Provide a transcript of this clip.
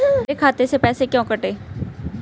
मेरे खाते से पैसे क्यों कटे?